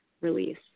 release